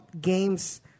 games